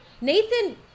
Nathan